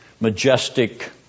majestic